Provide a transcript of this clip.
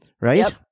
right